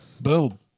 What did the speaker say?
boom